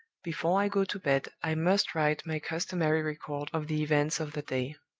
before i go to bed, i must write my customary record of the events of the day.